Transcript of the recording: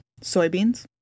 Soybeans